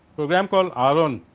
program call aaron